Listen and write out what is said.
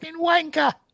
wanker